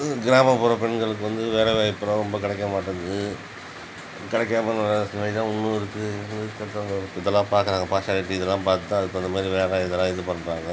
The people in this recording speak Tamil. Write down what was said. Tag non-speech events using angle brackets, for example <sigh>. கிராமப்புற பெண்களுக்கு வந்து வேலை வாய்ப்புலாம் ரொம்ப கிடைக்க மாட்டேங்குது கிடைக்காத <unintelligible> இன்னும் இருக்குது <unintelligible> இதெல்லாம் பார்க்குறாங்க பார்சியாலிட்டி இதெல்லாம் பார்த்து தான் அதுக்கு தகுந்த மாதிரி வேலை இதெல்லாம் இது பண்றாங்க